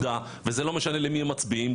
וזה לא משנה למי הם מצביעים,